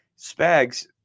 Spags